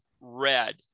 red